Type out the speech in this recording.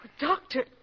Doctor